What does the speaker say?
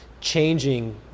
changing